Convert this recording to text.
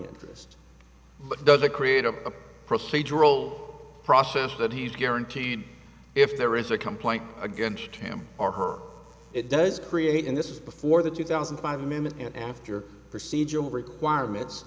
interest but does that create a procedural process that he's guaranteed if there is a complaint against him or her it does create and this is before the two thousand and five minute and after procedural requirements